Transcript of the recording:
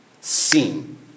Seen